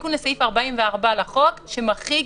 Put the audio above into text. תיקון לסעיף 44 לחוק שמחריג